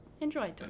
enjoy